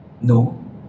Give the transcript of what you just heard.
no